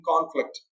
conflict